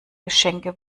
geschenke